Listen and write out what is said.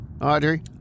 Audrey